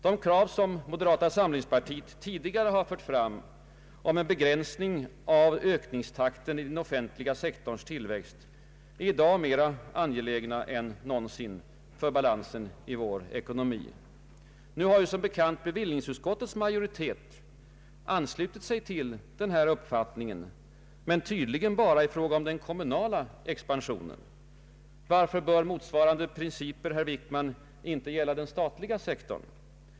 De krav som moderata samlingspartiet tidigare har framfört om en begränsning av ökningstakten i den offentliga sektorns tillväxt är i dag mera angelägna än någonsin för balansen i vår ekonomi. Nu har som bekant bevillningsutskottets majoritet anslutit sig till denna uppfattning, men tydligen bara i fråga om den kommunala expansionen. Varför bör motsvarande principer, herr Wickman, inte gälla den statliga sektorn?